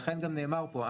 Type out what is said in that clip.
לכם גם נאמר פה,